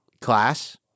class